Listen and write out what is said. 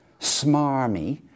smarmy